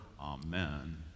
amen